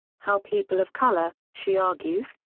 how people of color, she argues,